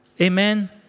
Amen